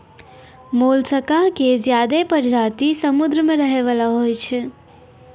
मोलसका के ज्यादे परजाती समुद्र में रहै वला होय छै